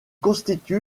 constitue